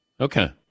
Okay